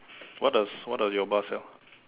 what does what does your bus sell